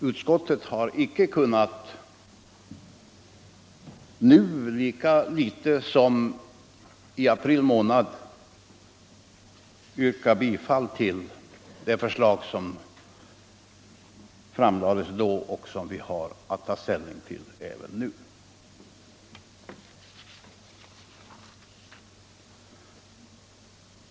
Utskottet har icke nu, lika litet som i april månad, kunnat tillstyrka 38 det förslag som framlades då och som vi har att ta ställning till även ; nu.